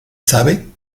sabe